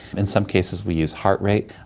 in some cases we use heart rate.